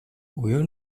will